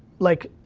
like,